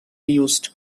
used